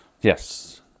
Yes